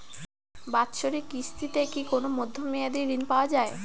বাৎসরিক কিস্তিতে কি কোন মধ্যমেয়াদি ঋণ পাওয়া যায়?